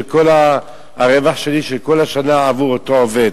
כל הרווח שלי של כל השנה עבור אותו עובד,